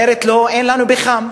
אומרת לו: אין לנו פחם.